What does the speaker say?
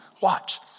watch